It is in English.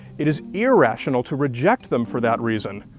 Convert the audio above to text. it is irrational to reject them for that reason,